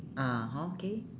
ah hor K